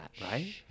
right